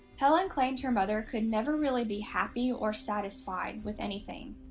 helen claimed her mother could never really be happy or satisfied with anything.